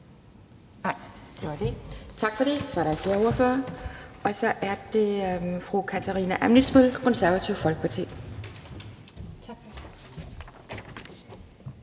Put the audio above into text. Tak for det. Så er der ikke flere korte bemærkninger. Og så er det fru Katarina Ammitzbøll, Det Konservative Folkeparti.